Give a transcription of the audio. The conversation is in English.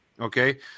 Okay